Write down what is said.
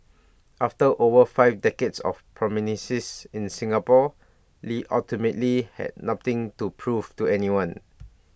after over five decades of prominence in Singapore lee ultimately had nothing to prove to anyone